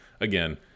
again